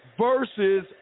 Versus